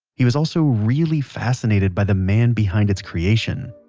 he was also really fascinated by the man behind it's creation